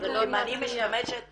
אני משתמשת במונח,